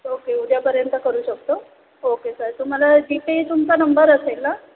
okay उद्यापर्यंत करू शकतो ओके सर तुम्हाला जीपे तुमचा नंबर असेल ना